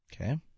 Okay